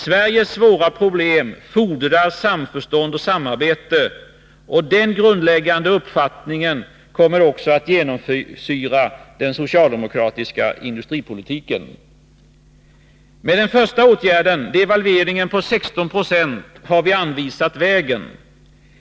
Sveriges svåra problem fordrar samförstånd och samarbete. Denna grundläggande uppfattning kommer att genomsyra den socialdemokratiska industripolitiken. Med den första åtgärden — devalveringen på 16 96 — har vi anvisat vägen.